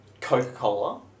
Coca-Cola